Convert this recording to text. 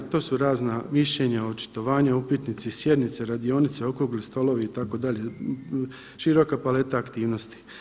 To su razna mišljenja, očitovanja, upitnici, sjednice, radionice, okrugli stolovi itd. široka palete aktivnosti.